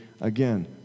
Again